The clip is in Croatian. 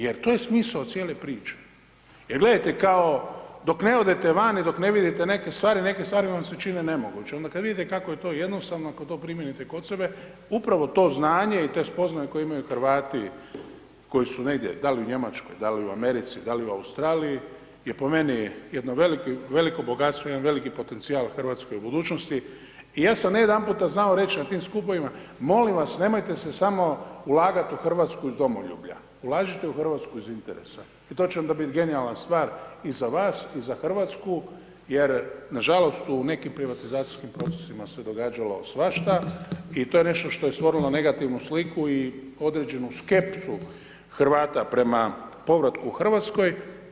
Jer to je smisao cijele priče, jer gledajte kao dok ne odete van i dok ne vidite neke stvari, neke stvari vam se čine nemogućim, onda kad vidite kako je to jednostavno ako to primijenite kod sebe upravo to znanje i te spoznaje koje imaju Hrvati koji su negdje, da li u Njemačkoj, da li u Americi, da li u Australiji, je po meni jedno veliko bogatstvo jedan veliki potencijal hrvatskoj budućnosti i ja sam ne jedan puta znao reći na tim skupovima, molim vas nemojte se samo ulagat u Hrvatsku iz domoljublja, ulažite u Hrvatsku iz interesa i to će ona bit genijalna stvar i za vas i za Hrvatsku jer nažalost u nekim privatizacijskim procesima se događalo svašta i to je nešto što je stvorilo negativnu sliku i određenu skepsu Hrvata prema povratu u Hrvatsku.